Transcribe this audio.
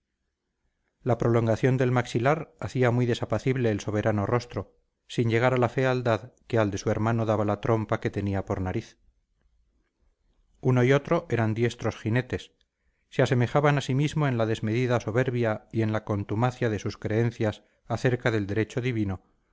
la prolongación del maxilar hacía muy desapacible el soberano rostro sin llegar a la fealdad que al de su hermano daba la trompa que tenía por nariz uno y otro eran diestros jinetes se asemejaban asimismo en la desmedida soberbia y en la contumacia de sus creencias acerca del derecho divino